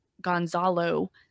Gonzalo